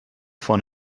von